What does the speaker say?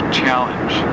challenge